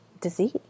disease